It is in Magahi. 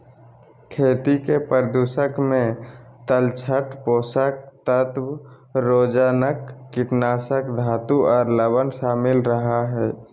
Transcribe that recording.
खेती के प्रदूषक मे तलछट, पोषक तत्व, रोगजनक, कीटनाशक, धातु आर लवण शामिल रह हई